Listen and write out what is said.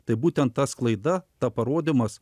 tai būtent tas klaida ta parodymas